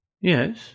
Yes